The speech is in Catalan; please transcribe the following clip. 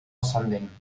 ascendent